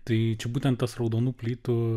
tai čia būtent tas raudonų plytų